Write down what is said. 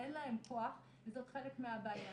אין להן כוח וזאת חלק מהבעיה.